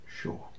sure